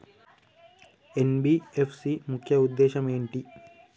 NBFC ముఖ్య ఉద్దేశం ఏంటి?